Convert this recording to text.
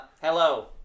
Hello